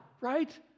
right